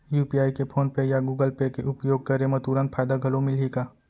UPI के PhonePe या Google pay के उपयोग करे म तुरंत फायदा घलो मिलही का?